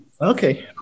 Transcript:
Okay